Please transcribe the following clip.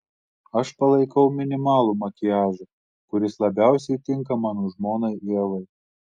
aš palaikau minimalų makiažą kuris labiausiai tinka mano žmonai ievai